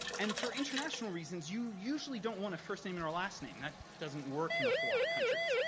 and for international reasons you usually don't want a first name and our last name. that doesn't work in a whole lot of countries.